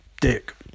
dick